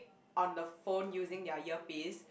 on the phone using their earpiece